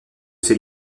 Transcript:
ces